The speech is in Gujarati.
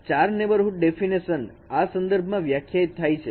4 નેબરહુડ ડેફીનેશન આ સંદર્ભમાં વ્યાખ્યાયિત થાય છે